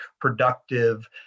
productive